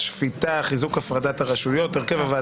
הצעת חוק יסוד: השפיטה (חיזוק הפרדת